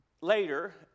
later